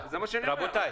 זה מה שאני אומר,